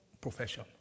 profession